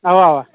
اَوا اَوا